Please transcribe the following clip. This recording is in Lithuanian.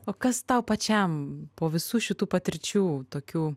o kas tau pačiam po visų šitų patirčių tokių